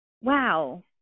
wow